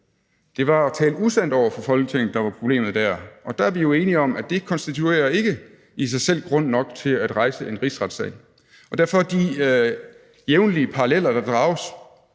det at tale usandt over for Folketinget, der var problemet der, og der er vi jo enige om, at det ikke i sig selv konstituerer grund nok til at rejse en rigsretssag. Derfor er de jævnlige paralleller, der drages,